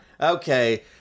Okay